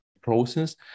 process